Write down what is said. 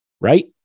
right